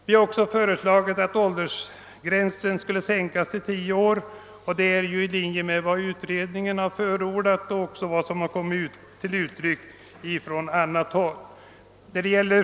Vi har också föreslagit att åldersgränsen skall sänkas till 10 år, vilket överensstämmer med utredningens förslag och önskemål från många håll.